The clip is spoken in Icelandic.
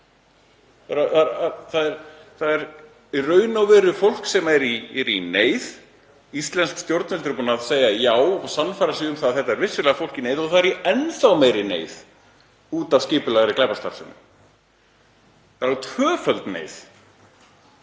Það er í raun og veru fólk sem er í neyð — íslensk stjórnvöld eru búin að segja já og sannfæra sig um að þetta sé vissulega fólk í neyð — og það er í enn meiri neyð út af skipulagðri glæpastarfsemi, það er í tvöfaldri neyð.